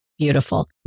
beautiful